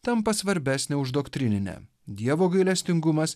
tampa svarbesnė už doktrininę dievo gailestingumas